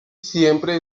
siempre